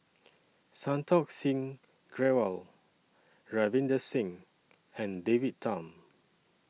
Santokh Singh Grewal Ravinder Singh and David Tham